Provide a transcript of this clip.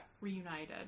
reunited